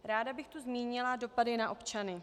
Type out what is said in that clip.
Ráda bych tu zmínila dopady na občany.